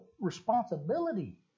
responsibility